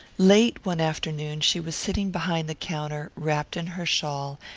late one afternoon she was sitting behind the counter, wrapped in her shawl,